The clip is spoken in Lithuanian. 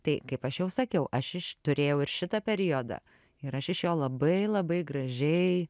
tai kaip aš jau sakiau aš iš turėjau ir šitą periodą ir aš iš jo labai labai gražiai